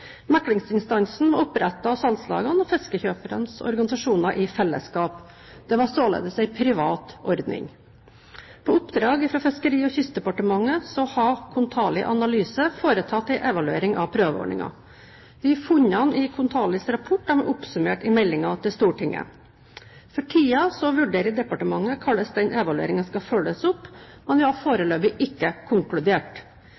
salgslagene og fiskekjøpernes organisasjoner i fellesskap. Det var således en privat ordning. På oppdrag fra Fiskeri- og kystdepartementet har Kontali Analyse foretatt en evaluering av prøveordningen. Funnene i Kontalis rapport er oppsummert i meldingen til Stortinget. For tiden vurderer departementet hvordan denne evalueringen skal følges opp, men vi har foreløpig ikke konkludert. Stortinget vil